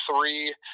three